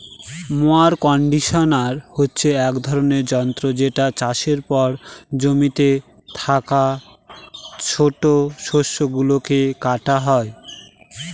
mower conditioner হচ্ছে এক ধরনের যন্ত্র যেটা চাষের পর জমিতে থাকা ছোট শস্য গুলোকে কাটা হয়